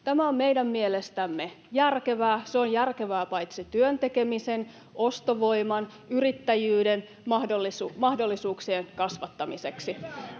Tämä on meidän mielestämme järkevää. Se on järkevää paitsi työn tekemisen myös ostovoiman ja yrittäjyyden mahdollisuuksien kasvattamiseksi.